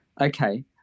Okay